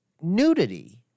Nudity